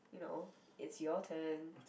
you know it's your turn